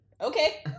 okay